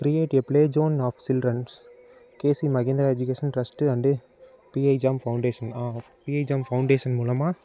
create a play zone of children's K C Mahindra education trust and B I Jam foundation B I Jam foundation மூலமாக